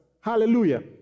hallelujah